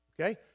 Okay